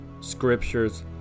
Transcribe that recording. scriptures